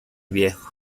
viejo